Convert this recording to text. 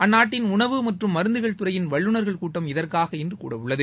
அந்நாட்டின் உணவு மற்றும் மருந்துகள் துறையின் வல்லுநா்கள் கூட்டம் இதற்காக இனறு கூடவுள்ளது